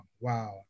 Wow